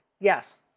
Yes